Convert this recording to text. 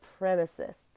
supremacists